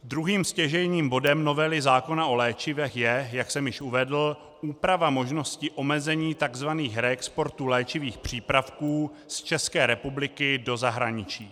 Druhým stěžejním bodem novely zákona o léčivech je, jak jsem již uvedl, úprava možnosti omezení tzv. reexportů léčivých přípravků z České republiky do zahraničí.